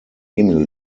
emil